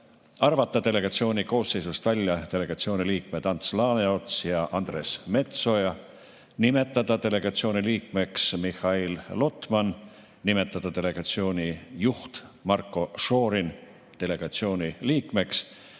arvata delegatsiooni koosseisust välja delegatsiooni liikmed Ants Laaneots ja Andres Metsoja, nimetada delegatsiooni liikmeks Mihhail Lotman, nimetada delegatsiooni juht Marko Šorin delegatsiooni liikmeks